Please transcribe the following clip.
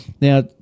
Now